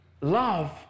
love